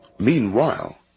Meanwhile